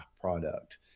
product